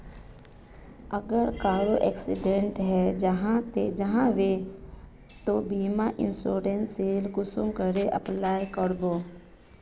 अगर कहारो एक्सीडेंट है जाहा बे तो बीमा इंश्योरेंस सेल कुंसम करे अप्लाई कर बो?